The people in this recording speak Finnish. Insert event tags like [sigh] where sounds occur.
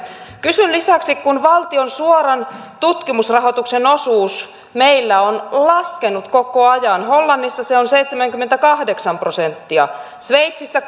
kysyn lisäksi kun valtion suoran tutkimusrahoituksen osuus meillä on laskenut koko ajan hollannissa se on seitsemänkymmentäkahdeksan prosenttia sveitsissä [unintelligible]